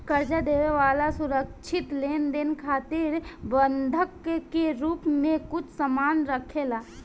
कर्जा देवे वाला सुरक्षित लेनदेन खातिर बंधक के रूप में कुछ सामान राखेला